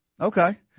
Okay